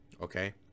okay